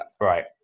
Right